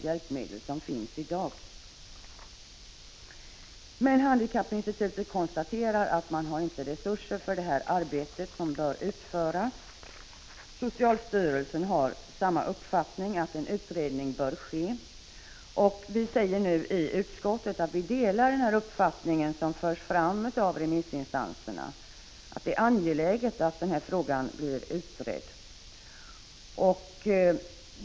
Handikappinstitutet konstaterar emellertid att man inte har resurser för det arbete som bör utföras. Socialstyrelsen anser också att en utredning bör ske, och utskottet säger att vi delar den uppfattning som förs fram av remissinstanserna, att det är angeläget att frågan blir utredd.